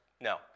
No